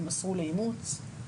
יימסרו לאימוץ.